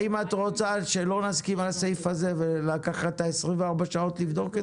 האם את רוצה שלא נסכים על ה סעיף הזה ולקחת את ה-24 שעות לבדוק את זה?